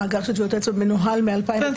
המאגר של טביעות האצבע מנוהל מ-2009.